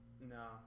No